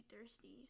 thirsty